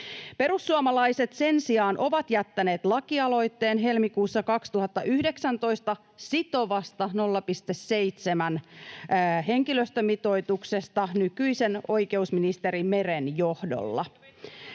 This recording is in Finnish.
Perussuomalaiset sen sijaan ovat jättäneet lakialoitteen helmikuussa 2019 sitovasta 0,7:n henkilöstömitoituksesta nykyisen oikeusministeri Meren johdolla.